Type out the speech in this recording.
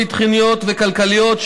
ביטחוניות וכלכליות,